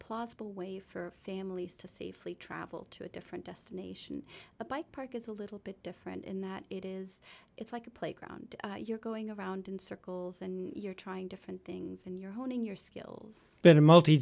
plausible way for families to see flee travel to a different destination a bike park is a little bit different in that it is it's like a playground you're going around in circles and you're trying different things and you're honing your skills better multi